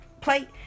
plate